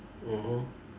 mmhmm